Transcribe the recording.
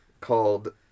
called